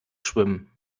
schwimmen